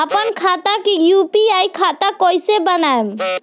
आपन खाता के यू.पी.आई खाता कईसे बनाएम?